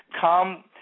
come